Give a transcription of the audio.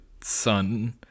son